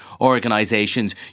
organisations